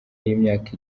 y’imyaka